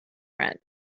friend